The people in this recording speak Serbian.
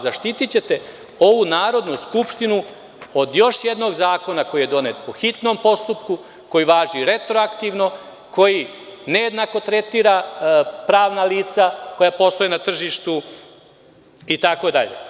Zaštitićete ovu Narodnu skupštinu od još jednog zakona koji je donet po hitnom postupku, koji važi retroaktivno, koji nejednako tretira pravna lica koja postoje na tržištu itd.